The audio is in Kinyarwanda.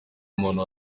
muntu